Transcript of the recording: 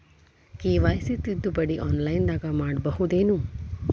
KYC ತಿದ್ದುಪಡಿ ಆನ್ಲೈನದಾಗ್ ಮಾಡ್ಬಹುದೇನು?